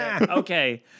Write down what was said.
Okay